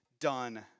done